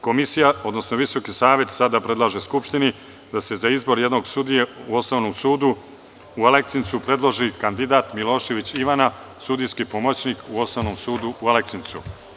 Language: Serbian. Komisija, odnosno Visoki savet sada predlaže Skupštini da se za izbor jednog sudije u Osnovnom sudu u Aleksincu predloži kandidat Milošević Ivana, sudijski pomoćnik u Osnovnom sudu u Aleksincu.